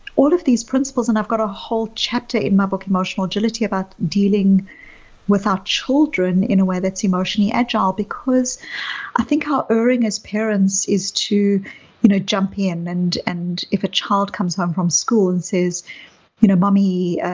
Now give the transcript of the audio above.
all of these principles and i've got a whole chapter in my book, emotional agility, about dealing with our children in a way that's emotionally agile, because i think how erring as parents is to you know jump in and and if a child comes home from school and says you know mommy,